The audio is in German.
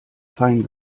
fein